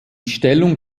stellung